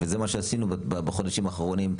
וזה מה שעשינו בחודשים האחרונים,